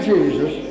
Jesus